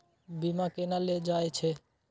बीमा केना ले जाए छे?